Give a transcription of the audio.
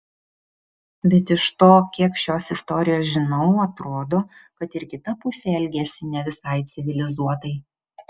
bet iš to kiek šios istorijos žinau atrodo kad ir kita pusė elgėsi ne visai civilizuotai